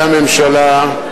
שרי הממשלה,